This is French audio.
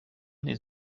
des